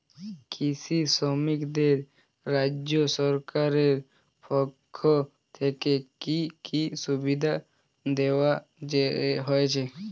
কৃষি শ্রমিকদের রাজ্য সরকারের পক্ষ থেকে কি কি সুবিধা দেওয়া হয়েছে?